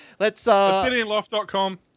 Obsidianloft.com